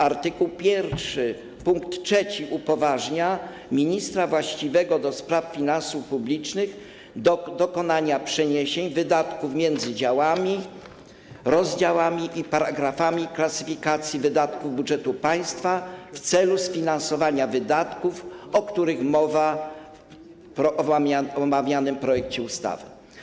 Art. 1 pkt 3 upoważnia ministra właściwego do spraw finansów publicznych do dokonania przeniesień wydatków między działami, rozdziałami i paragrafami klasyfikacji wydatków budżetu państwa w celu sfinansowania wydatków, o których mowa w omawianym projekcie ustawy.